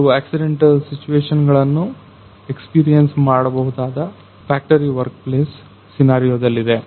ಕೆಲವು accident situation ಗಳನ್ನು experience ಮಾಡಬಹುದಾದ ಫ್ಯಾಕ್ಟರಿ ವರ್ಕ್ ಪ್ಲೇಸ್ ಸೀನಾರಿಯೋ ದಲ್ಲಿದೆ